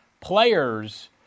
players –